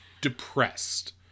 depressed